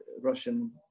Russian